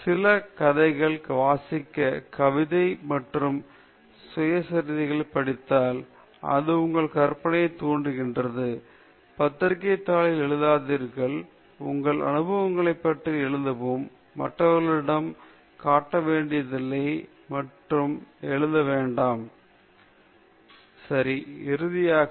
சிறு கதைகள் வாசிக்க கவிதை மற்றும் சுயசரிதைகளைப் படித்தால் அது உங்கள் கற்பனையை தூண்டுகிறது பத்திரிகைத் தாளில் எழுதாதீர்கள் உங்கள் அனுபவங்களைப் பற்றி எழுதவும் மற்றவர்களிடம் காட்டவேண்டியதில்லை என்று எழுதவும் வேண்டாம் உங்கள் நெருங்கிய நண்பர்களுக்கு மட்டும் காட்டுங்கள் நீங்கள் சில இடங்களுக்கு பார்க்கவும்